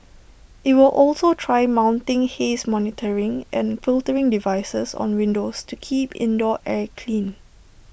IT will also try mounting haze monitoring and filtering devices on windows to keep indoor air clean